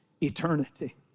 eternity